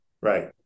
Right